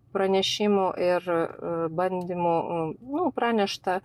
pranešimų ir bandymų nu pranešta